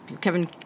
Kevin